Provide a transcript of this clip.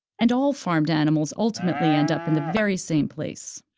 and all farmed animals ultimately end up in the very same place.